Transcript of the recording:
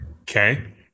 Okay